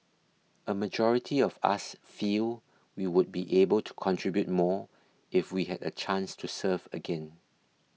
a majority of us feel we would be able to contribute more if we had a chance to serve again